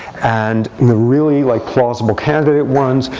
and in the really like plausible candidate ones,